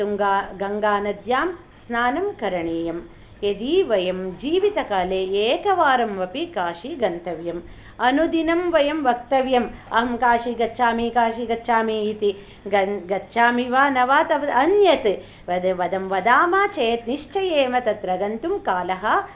गङ्गा गङ्गानद्यां स्नानं करणीयं यदि वयं जीवितकाले एकवारम् अपि काशी गन्तव्या अनुदिनं वयं वक्तव्यम् अहङ्काशीं गच्छामि काशीं गच्छामि इति गच्छामि वा न वा तद् अन्यत् वदामः चेत् निश्चयमेव तत्र गन्तुं कालः